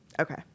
Okay